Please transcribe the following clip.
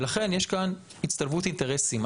לכן יש כאן הצטלבות אינטרסים.